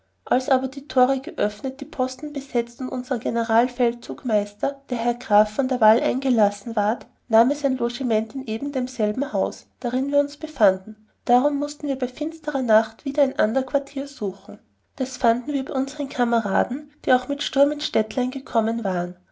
als aber die tore geöffnet die posten besetzt und unser generalfeldzeugmeister herr graf von der wahl eingelassen ward nahm er sein logiment in ebendemselben haus darin wir uns befanden darum mußten wir bei finsterer nacht wieder ein ander quartier suchen das fanden wir bei unsern kameraden die auch mit sturm ins städtlein kommen waren